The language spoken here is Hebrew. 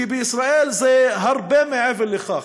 בישראל זה הרבה מעבר לכך.